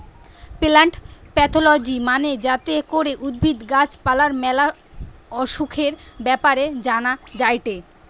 plant pathology মানে যাতে করে উদ্ভিদ, গাছ পালার ম্যালা অসুখের ব্যাপারে জানা যায়টে